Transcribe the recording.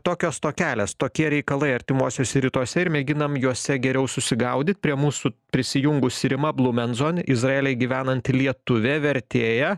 tokios tokelės tokie reikalai artimuosiuose rytuose ir mėginam juose geriau susigaudyt prie mūsų prisijungusi rima blumenzon izraelyje gyvenanti lietuvė vertėja